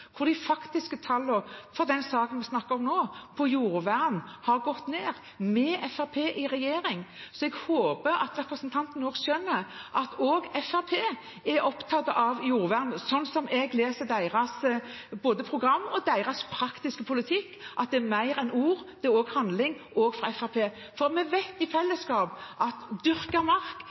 hvor de faktiske tallene når det gjelder jordvern, har gått ned med Fremskrittspartiet i regjering. Så jeg håper at representanten Sandtrøen skjønner at også Fremskrittspartiet er opptatt av jordvern, slik jeg leser både deres program og deres praktiske politikk. Det er mer enn ord, det er også handling, også fra Fremskrittspartiet. Vi vet alle at dyrket mark